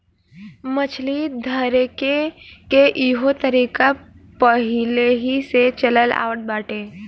मछली धरेके के इहो तरीका पहिलेही से चलल आवत बाटे